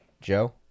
Joe